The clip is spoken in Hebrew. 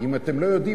אם אתם לא יודעים,